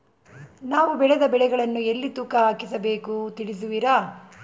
ನಾವು ಬೆಳೆದ ಬೆಳೆಗಳನ್ನು ಎಲ್ಲಿ ತೂಕ ಹಾಕಿಸಬೇಕು ತಿಳಿಸುವಿರಾ?